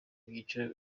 ibyiciro